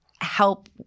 help